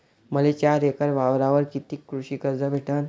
मले चार एकर वावरावर कितीक कृषी कर्ज भेटन?